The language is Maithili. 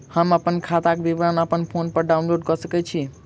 हम अप्पन खाताक विवरण अप्पन फोन पर डाउनलोड कऽ सकैत छी?